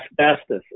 asbestos